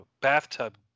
bathtub